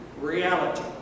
Reality